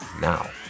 Now